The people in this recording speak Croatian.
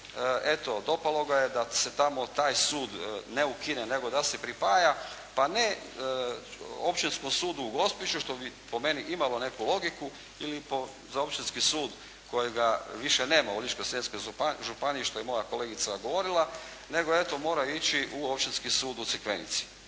eto dopalo ga je da se tamo taj sud ne ukine nego da se pripaja pa ne Općinskom sudu u Gospiću što bi po meni imalo neku logiku ili po, za Općinski sud kojega više nema u Ličko-Senjskoj županiji što je moja kolegica govorila nego eto moraju ići u Općinski sud u Crikvenici.